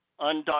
undocumented